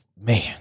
man